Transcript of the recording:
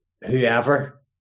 whoever